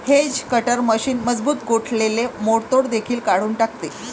hedge cutter machine मजबूत गोठलेले मोडतोड देखील काढून टाकते